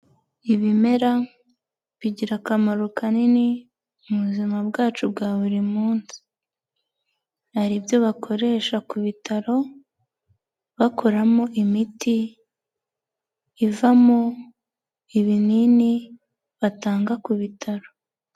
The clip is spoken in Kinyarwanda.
Ibimera bigira akamaro kanini mu buzima bwacu bwa buri munsi, hari ibyo bakoresha ku bitaro bakoramo imiti ivamo ibinini batanga ku bitaro.